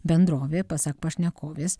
bendrovė pasak pašnekovės